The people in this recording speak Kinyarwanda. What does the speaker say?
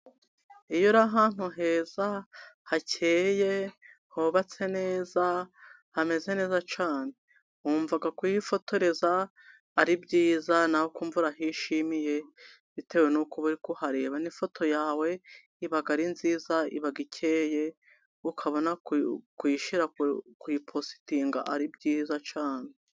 Iyo uri ahantu heza, hakeye, hubatse neza, hameze neza cyane, wumva kuhifotoreza ari byiza, nawe ukumva urahishimiye, bitewe n'uko uba uri kuhareba, n'ifoto yawe iba ari nziza, iba ikeyeye, ukabona kuyipositinga ari byiza cyane.